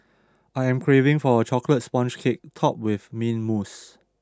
I am craving for a Chocolate Sponge Cake topped with mint mousse